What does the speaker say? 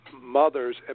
mothers